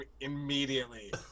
immediately